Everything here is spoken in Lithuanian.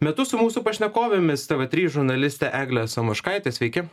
metu su mūsų pašnekovėmis tampa trys žurnalistė eglė samoškaite sveiki